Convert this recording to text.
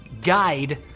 guide